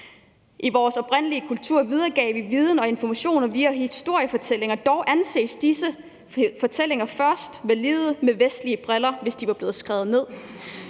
I vores oprindelige kultur videregav vi viden og informationer via historiefortælling, og dog anses disse fortællinger først som valide set med vestlige briller, hvis de er blevet skrevet ned.